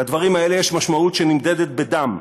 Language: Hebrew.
לדברים האלה יש משמעות שנמדדת בדם,